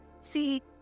See